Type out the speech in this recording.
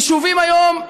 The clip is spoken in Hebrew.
יישובים היום,